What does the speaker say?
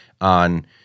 on